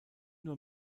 nur